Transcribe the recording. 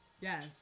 Yes